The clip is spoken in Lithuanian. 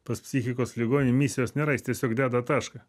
pas psichikos ligonį misijos nėra jis tiesiog deda tašką